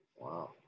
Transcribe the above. wow